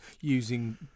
using